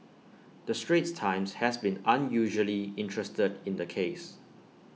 the straits times has been unusually interested in the case